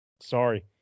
sorry